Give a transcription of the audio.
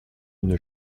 une